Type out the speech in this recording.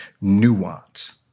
nuance